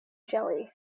jelly